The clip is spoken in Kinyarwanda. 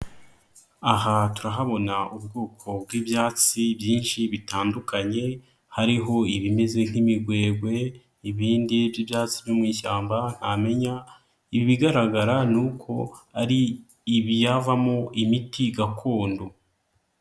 Aha turahabona ubwoko bw'ibyatsi byinshi bitandukanye, hariho ibimeze nk'imigwegwe ibindi by'ibyatsi byo mu ishyamba ntamenya, ibigaragara ni uko ari ibiyavamo imiti gakondo.